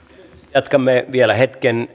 jatkamme vielä hetken